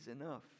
enough